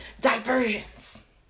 Diversions